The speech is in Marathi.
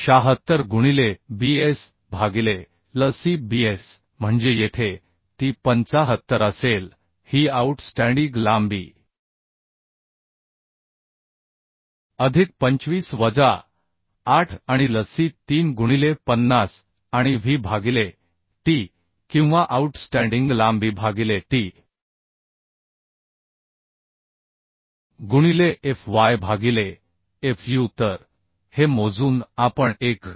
076 गुणिले Bs भागिले L c Bs म्हणजे येथे ती 75 असेल ही आउटस्टँडीग लांबी अधिक 25 वजा 8 आणि L c 3 गुणिले 50 आणि W भागिले t किंवा आउटस्टँडिंग लांबी भागिले t गुणिले F y भागिले F u तर हे मोजून आपण 1